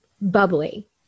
bubbly